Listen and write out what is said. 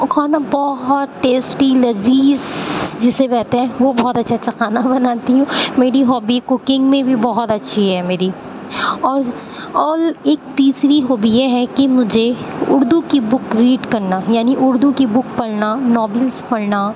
اور کھانا بہت ٹیسٹی لذیذ جسے کہتے ہیں وہ بہت اچھا اچھا کھانا بناتی ہوں میری ہابی کوکنگ میں بھی بہت اچھی ہے میری اور اور ایک تیسری ہابی یہ ہے کہ مجھے اردو کی بک ریڈ کرنا یعنی اردو کی بک پڑھنا ناولس پڑھنا